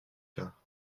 cas